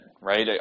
right